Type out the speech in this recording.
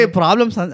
problems